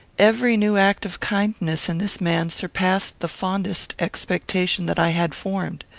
every new act of kindness in this man surpassed the fondest expectation that i had formed.